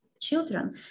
children